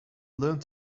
learned